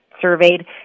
surveyed